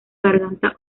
garganta